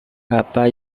apa